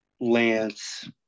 Lance